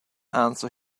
answer